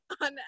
on